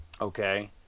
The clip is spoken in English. Okay